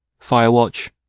Firewatch